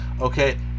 okay